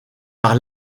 par